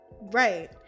Right